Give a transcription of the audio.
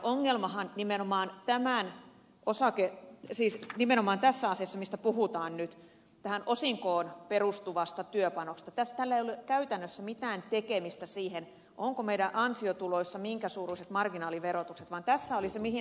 ongelmahan nimenomaan tämähän on sak ei siis nimenomaan tässä asiassa mistä puhutaan nyt työpanokseen perustuvasta osingosta on sellainen että tällä ei ole käytännössä mitään tekemistä sen kanssa onko meidän ansiotuloissa minkä suuruiset marginaaliverot vaan tässä on se ongelma mihin ed